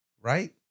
right